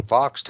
Fox